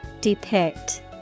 Depict